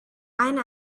einen